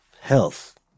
health